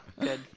good